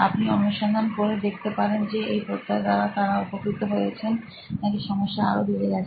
আপনি অনুসন্ধান করে দেখতে পারেন যে এই প্রত্যয় দ্বারা তারা উপকৃত হয়েছেন নাকি সমস্যা আরও বেড়ে গেছে